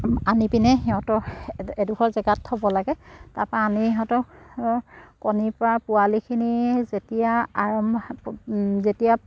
আনি পিনে সিহঁতক এডোখৰ জেগাত থ'ব লাগে তাৰপৰা আনি সিহঁতক কণীৰপৰা পোৱালিখিনি যেতিয়া আৰম্ভ যেতিয়া